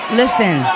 listen